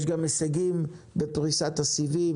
יש גם הישגים בפריסת הסיבים,